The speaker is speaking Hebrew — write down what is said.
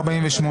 248